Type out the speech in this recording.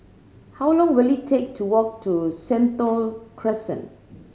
how long will it take to walk to Sentul Crescent